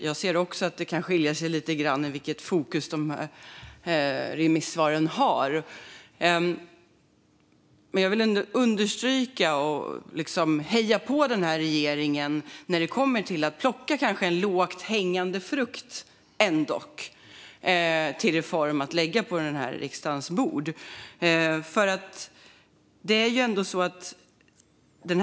Jag ser också att det kan skilja sig lite vilket fokus remissvaren har, men jag vill ändå heja på regeringen när det kommer till att plocka en lågt hängande frukt - en reform att lägga på riksdagens bord.